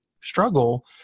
struggle